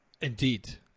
Indeed